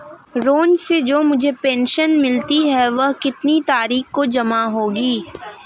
रोज़ से जो मुझे पेंशन मिलती है वह कितनी तारीख को जमा होगी?